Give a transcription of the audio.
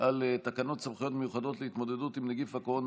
על תקנות סמכויות מיוחדות להתמודדות עם נגיף הקורונה